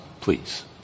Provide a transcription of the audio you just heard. please